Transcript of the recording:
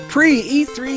Pre-E3